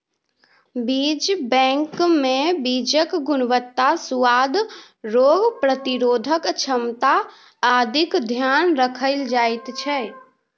बीज बैंकमे बीजक गुणवत्ता, सुआद, रोग प्रतिरोधक क्षमता आदिक ध्यान राखल जाइत छै